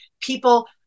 people